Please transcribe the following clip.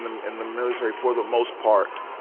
the and the military, for the most part,